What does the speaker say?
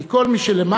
כי כל מי שלמעלה,